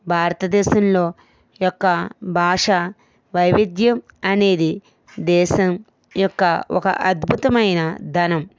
భారతదేశంలో యొక్క భాష వైవిధ్యం అనేది దేశం యొక్క ఒక అద్భుతమైన ధనం